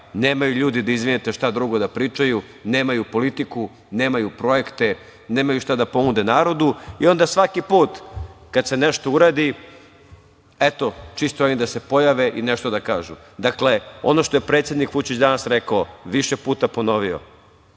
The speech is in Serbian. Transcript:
Nemaju ljudi šta drugo da pričaju, nemaju politiku, nemaju projekte, nemaju šta da ponude narodu i onda svaki put kada se nešto uradi, eto čisto da se pojave i nešto da kažu. Dakle, ono što je predsednik Vučić danas rekao, više puta ponovio,